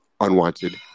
unwanted